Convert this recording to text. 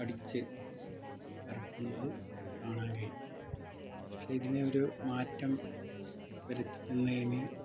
അടിച്ച് ഇറക്കുന്നത് കാണാൻ കഴിയും പക്ഷേ ഇതിനൊരു മാറ്റം വരുത്തുന്നതിന്